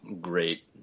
great